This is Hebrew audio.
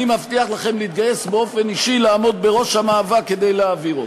אני מבטיח לכם להתגייס באופן אישי לעמוד בראש המאבק כדי להעביר אותה.